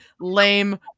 lame